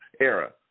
era